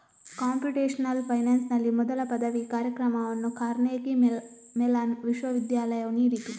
computational ಫೈನಾನ್ಸಿನಲ್ಲಿ ಮೊದಲ ಪದವಿ ಕಾರ್ಯಕ್ರಮವನ್ನು ಕಾರ್ನೆಗೀ ಮೆಲಾನ್ ವಿಶ್ವವಿದ್ಯಾಲಯವು ನೀಡಿತು